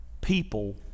people